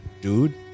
Dude